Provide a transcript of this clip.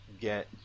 get